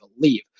believe